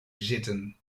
zitten